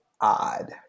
odd